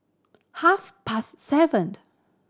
half past seven